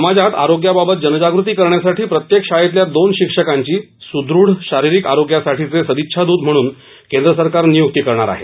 समाजात आरोग्याबाबत जनजागृती करण्यासाठी प्रत्येक शाळेतल्या दोन शिक्षकांची सुदृढ शारिरीक आरोग्यासाठीचे सदिच्छादूत म्हणून केंद्र सरकार नियुक्ती करणार आहे